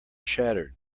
shattered